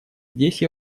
здесь